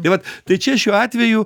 tai vat tai čia šiuo atveju